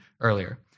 earlier